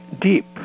deep